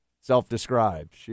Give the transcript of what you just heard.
Self-described